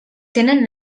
tenen